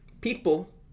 people